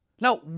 Now